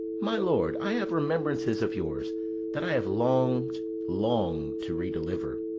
my lord, i have remembrances of yours that i have longed long to re-deliver.